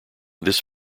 this